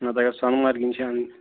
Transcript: نَتہٕ اَگر سۄنہٕ مرگہِ ہٕنٛز چھِ اَنٕنۍ